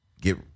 get